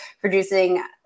producing